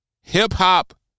hip-hop